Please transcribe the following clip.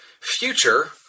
future